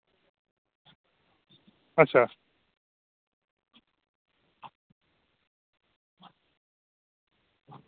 अच्छा